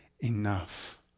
enough